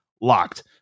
locked